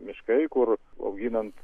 miškai kur auginant